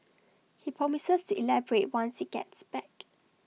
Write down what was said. he promises to elaborate once he gets back